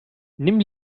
nimm